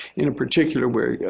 in a particular word,